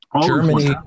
Germany